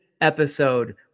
episode